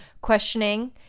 questioning